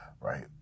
Right